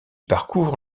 parcours